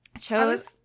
chose